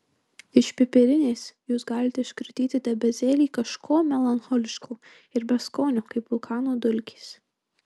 iš pipirinės jūs galite iškratyti debesėlį kažko melancholiško ir beskonio kaip vulkano dulkės